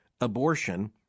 Abortion